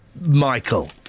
Michael